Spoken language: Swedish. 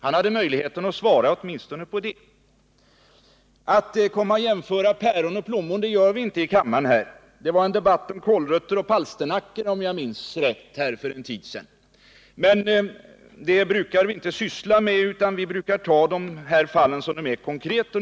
Han hade möjlighet att svara åtminstone på det. Jämför päron och plommon gör vi inte här i kammaren. Det var en debatt om kålrötter och palsternackor för en tid sedan, om jag minns rätt, men sådant brukar vi inte syssla med utan vi brukar ta upp fallen konkret.